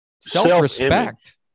self-respect